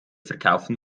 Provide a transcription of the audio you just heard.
verkaufen